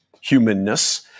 humanness